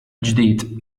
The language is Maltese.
ġdid